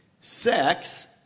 sex